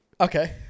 Okay